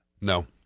No